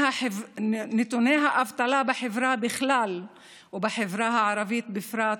נתוני האבטלה, בחברה בכלל ובחברה הערבית בפרט,